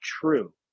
true